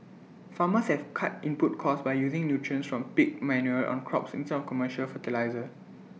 farmers have cut input costs by using nutrients from pig manure on crops in tell commercial fertiliser